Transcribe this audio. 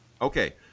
Okay